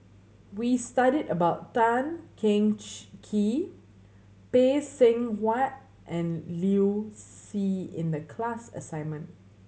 we studied about Tan Cheng Kee Phay Seng Whatt and Liu Si in the class assignment